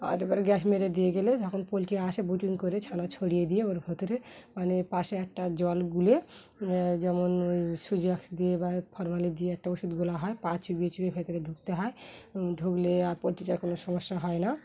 আর এবারে গ্যাস মেরে দিয়ে গেলে যখন পোলট্রি আসে বুটিং করে ছানা ছড়িয়ে দিয়ে ওর ভেতরে মানে পাশে একটা জল গুলে যেমন ওই দিয়ে বা ফলমূল দিয়ে একটা ওষুধগুলো হয় পা চুপিয়ে চুপিয়ে ভেতরে ঢুকতে হয় ঢুকলে আর পোল্ট্রিটার কোনো সমস্যা হয় না